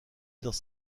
dans